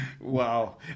Wow